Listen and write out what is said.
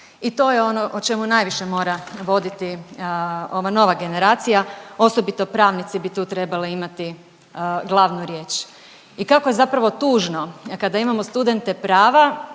i to je ono o čemu najviše mora voditi ova nova generacija, osobito pravnici bi tu trebali imati glavnu riječ. I kako je zapravo tužno kada imamo studente prava